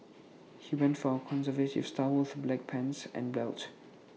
he went for A conservative style with black pants and belt